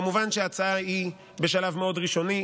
כמובן שההצעה היא בשלב מאוד ראשוני.